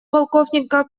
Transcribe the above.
полковника